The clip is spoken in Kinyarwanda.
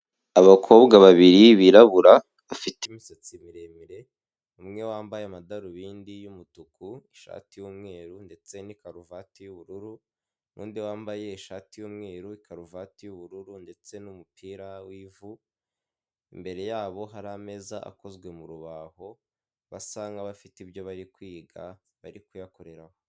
Abakobwa babiri birabura afite imisatsi miremire, umwe wambaye amadarubindi y'umutuku ,ishati y'umweru ndetse na karuvati yu'bururu, n'undi wambaye ishati y'umweru, karuvati y'ubururu ndetse n'umupira w'ivu, imbere yabo hari ameza akozwe mu rubaho basa nkabafite ibyo bari kwiga bari kuyakoreraho.